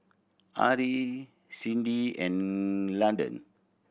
Ari Cindy and Landon